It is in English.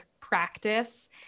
practice